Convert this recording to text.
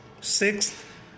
Sixth